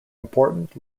important